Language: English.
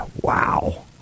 Wow